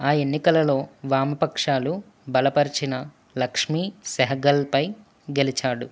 ఆ ఎన్నికలలో వామపక్షాలు బలపరిచిన లక్ష్మీ సెహగల్పై గెలిచాడు